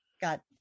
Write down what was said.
got